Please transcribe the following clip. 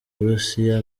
burusiya